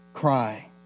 cry